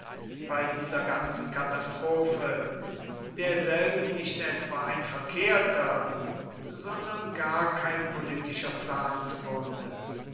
bei dieser ganzen katastrophe derselben nicht etwa ein verkehrter sondern gar kein politischer plan zu